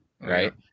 Right